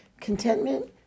contentment